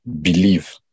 believe